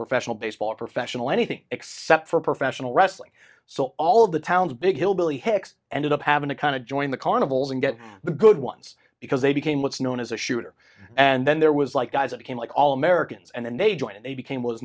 professional baseball professional anything except for professional wrestling so all of the town's big hillbilly hicks ended up having to kind of join the carnivals and get the good ones because they became what's known as a shooter and then there was like guys that came like all americans and they joined they became w